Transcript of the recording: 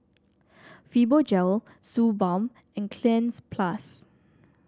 Fibogel Suu Balm and Cleanz Plus